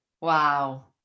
wow